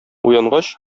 уянгач